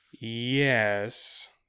yes